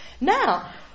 Now